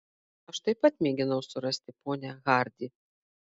aš taip pat mėginau surasti ponią hardi